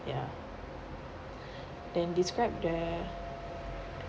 ya then describe the